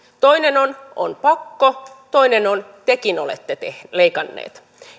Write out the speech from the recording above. toinen on on pakko toinen on tekin olette leikanneet